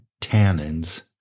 tannins